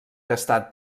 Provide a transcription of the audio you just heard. gastar